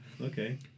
okay